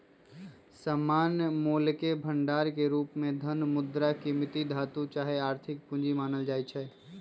सामान्य मोलके भंडार के रूप में धन, मुद्रा, कीमती धातु चाहे आर्थिक पूजी मानल जाइ छै